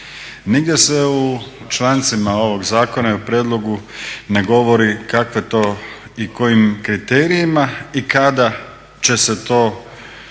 Nigdje se u člancima ovog zakona i u prijedlogu ne govori kakve to i kojim kriterijima i kada će se to